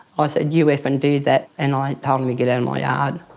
ah said you f'ing do that and i told him to get out my yard.